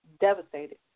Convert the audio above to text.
devastated